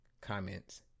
comments